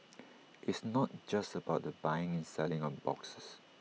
it's not just about the buying and selling of boxes